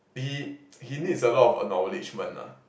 he he needs a lot of acknowledgement lah